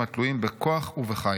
התלויים בכוח ובחיל.